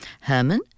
Herman